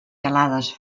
gelades